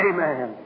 Amen